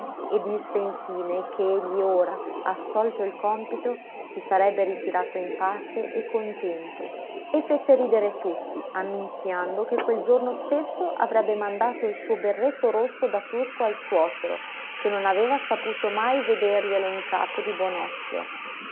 e disse in fine che egli ora assolto il compito si sarebbe ritirato in pace e contento e fece ridere tutti annunziando che quel giorno stesso avrebbe mandato il suo berretto rosso da turco al suocero che non aveva saputo mai vederglielo in capo di buon occhio